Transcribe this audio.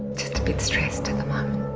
bit stressed at the um